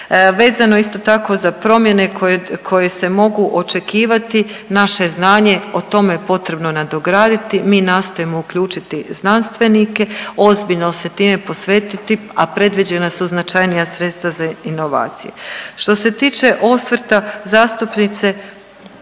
Vezano isto tako za promjene koje se mogu očekivati, naše je znanje o tome potrebno nadograditi, mi nastojimo uključiti znanstvenike, ozbiljno se time posvetiti, a predviđena su značajnija sredstva za inovacije. Što se tiče osvrta zastupnice